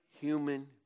human